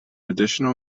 additional